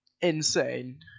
insane